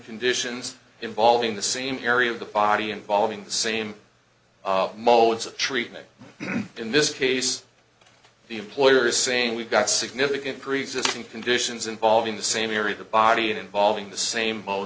conditions involving the same area of the body involving the same molds of treatment in this case the employer is saying we've got significant preexisting conditions involving the same area the body and involving the same